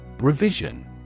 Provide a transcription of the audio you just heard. Revision